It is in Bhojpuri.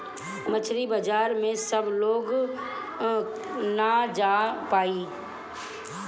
मछरी बाजार में सब लोग ना जा पाई